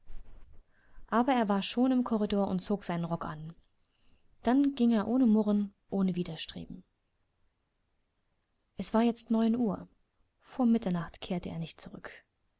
aber er war schon im korridor und zog seinen rock an dann ging er ohne murren ohne widerstreben es war jetzt neun uhr vor mitternacht kehrte er nicht zurück